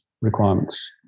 requirements